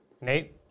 Nate